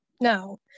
no